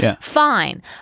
Fine